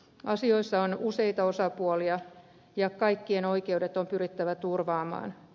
asioissa on useita osapuolia ja kaikkien oikeudet on pyrittävä turvaamaan